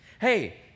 Hey